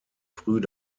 früh